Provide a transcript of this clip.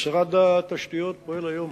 משרד התשתיות פועל היום,